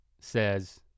says